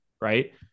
Right